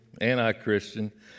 anti-Christian